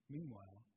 Meanwhile